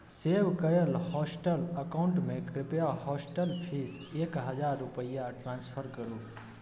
सेव कयल हॉस्टल अकाउंटमे कृप्या हॉस्टल फीस एक हजार रूपैआ ट्रांसफर करू